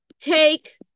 take